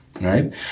right